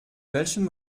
welchem